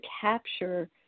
capture